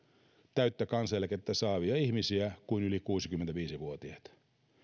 täyttä kansaneläkettä saavia ihmisiä kuin yli kuusikymmentäviisi vuotiaita